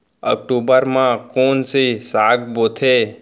अक्टूबर मा कोन से साग बोथे?